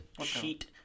Cheat